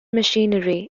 machinery